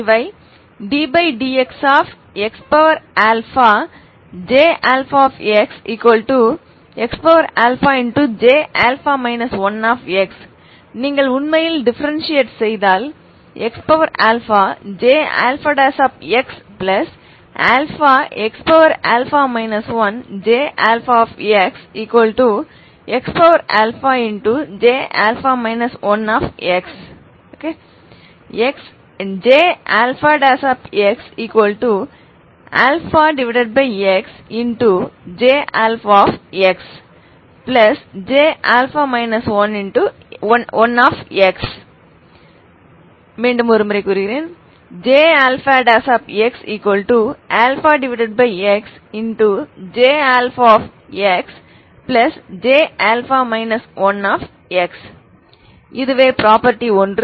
இவை ddxxJxxJα 1x நீங்கள் உண்மையில் டிஃபரெண்ஷியேட் செய்தால் xJxαxα 1JxxJα 1x JxxJxJα 1x இது ப்ரொபர்ட்டி 1